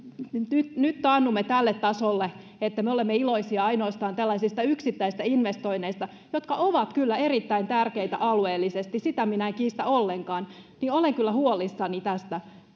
nyt nyt taannumme tälle tasolle että me olemme iloisia ainoastaan tällaisista yksittäisistä investoinneista jotka ovat kyllä erittäin tärkeitä alueellisesti sitä minä en kiistä ollenkaan niin olen kyllä huolissani tästä